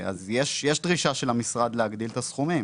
יש דרישה של המשרד והחקלאים להגדיל את הסכומים.